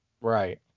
Right